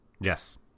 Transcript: Yes